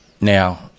now